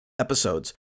episodes